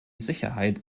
sicherheit